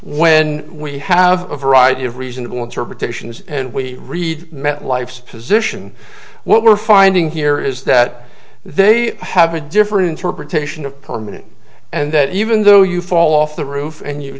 when we have a variety of reasonable interpretations and we read met life's position what we're finding here is that they have a different for protection of permanent and that even though you fall off the roof and you